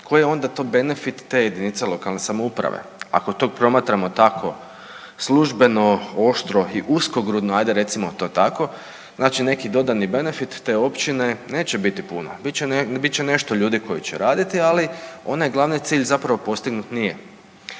koji je onda to benefit te jedinice lokalne samouprave? Ako to promatramo tako službeno, oštro i uskogrudno adje recimo to tako neki dodani benefit te općine neće biti puno, bit će nešto ljudi koji će raditi, ali onaj glavni cilj zapravo postignut nije